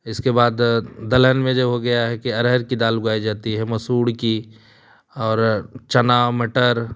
इसके बाद दलहन में जो हो गया है कि अरहर की दाल उगाई जाती है मसूर की और चना मटर